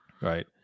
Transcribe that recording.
Right